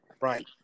Right